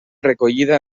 recollida